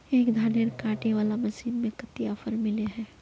एक धानेर कांटे वाला मशीन में कते ऑफर मिले है?